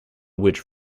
which